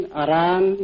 aran